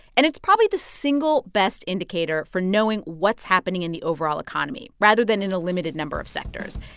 and it's probably the single best indicator for knowing what's happening in the overall economy rather than in a limited number of sectors.